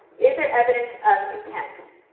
is there evidence of intent? yes.